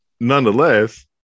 nonetheless